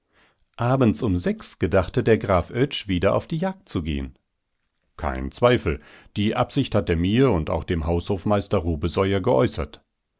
abends um sechs uhr gedachte der graf oetsch wieder auf die jagd zu gehen kein zweifel die absicht hat er mir und auch dem haushofmeister rubesoier geäußert